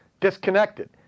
disconnected